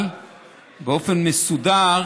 אבל באופן מסודר